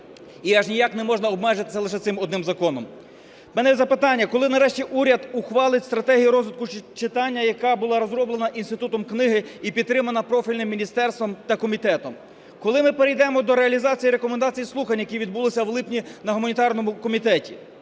І аж ніяк не можна обмежитися лише цим одним законом. У мене є запитання: коли нарешті уряд ухвалить стратегію розвитку читання, яка була розроблена інститутом книги і підтримана профільним міністерством та комітетом? Коли ми перейдемо до реалізації рекомендацій слухань, які відбулися в липні на гуманітарному комітеті?